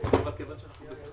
ללא תשלום בתקופת משבר הקורונה),